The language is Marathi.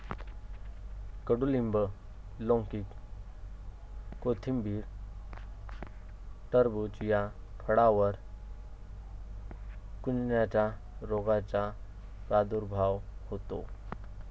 कडूलिंब, लौकी, कोथिंबीर, टरबूज या फळांवर कुजण्याच्या रोगाचा प्रादुर्भाव होतो